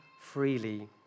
freely